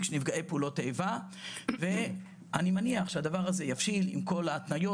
של נפגעי פעולות האיבה ואני מניח שהדבר הזה יבשיל עם כל ההתניות